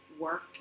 work